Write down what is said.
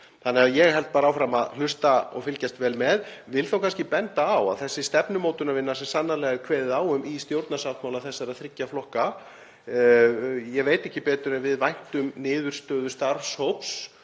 Þannig að ég held bara áfram að hlusta og fylgjast vel með. Ég vil þó kannski benda á að þessi stefnumótunarvinna, sem sannarlega er kveðið á um í stjórnarsáttmála þessara þriggja flokka, ég veit ekki betur en við væntum niðurstöðu starfshóps